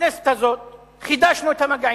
בכנסת הזאת חידשנו את המגעים.